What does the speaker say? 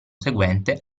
seguente